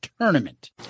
tournament